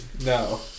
No